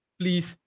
please